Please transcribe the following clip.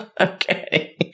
Okay